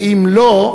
ואם לא,